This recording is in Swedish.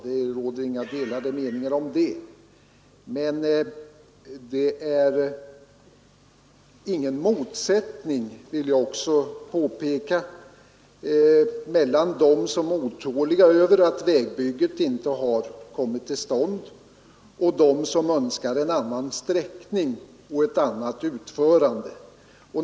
Det råder inga delade meningar härom. Jag vill också påpeka att det inte råder några motsättningar mellan dem som är otåliga över att vägbygget inte kommit till stånd och dem som önskar en annan sträckning och ett annat utförande.